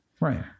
Right